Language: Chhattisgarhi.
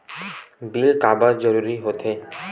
बिल काबर जरूरी होथे?